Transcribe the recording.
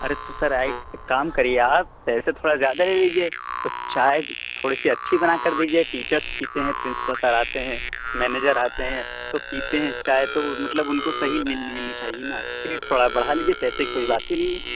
ارے تو سر ایک کام کریے آپ پیسے تھورا زیادہ لے لیجیے اور چائے تھوڑی سی اچھی بنا کر دیجیے ٹیچرس پیتے ہیں پرنسپل سر آتے ہیں مینیجر آتے ہیں تو پیتے ہیں چائے تو مطلب ان کو صحیح ملنی چاہیے نا ریٹ تھوڑا بڑھا لیجیے پیسے کی کوئی بات ہی نہیں ہے